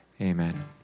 Amen